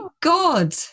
god